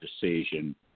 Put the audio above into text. decision